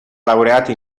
laureato